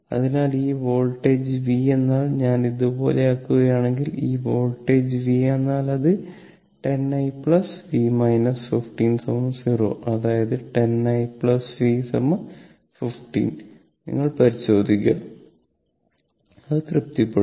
അതിനാൽ ഈ voltage v എന്നാൽ ഞാൻ ഇത് ഇതുപോലെയാക്കുകയാണെങ്കിൽ ഈ വോൾട്ടേജ് v എന്നാൽ അത് 10 i v 15 0 അതായത് 10 i v 15 നിങ്ങൾ പരിശോധിക്കുക അത് തൃപ്തിപ്പെടും